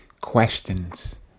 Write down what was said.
questions